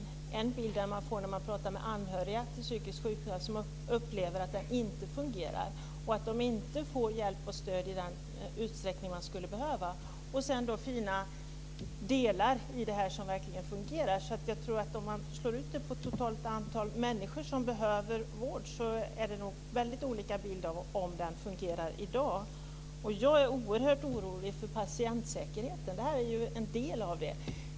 Man får en bild när man pratar med anhöriga till psykiskt sjuka som upplever att den inte fungerar och att de inte får hjälp och stöd i den utsträckning som de skulle behöva. Sedan finns det fina delar i psykiatrin som verkligen fungerar. Jag tror att om man frågar ett antal människor som behöver vård får man nog väldigt olika bild av hur vården fungerar i dag. Jag är oerhört orolig för patientsäkerheten.